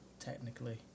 Technically